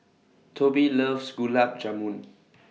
Tobie loves Gulab Jamun